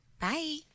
Bye